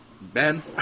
Ben